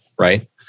right